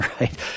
right